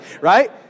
right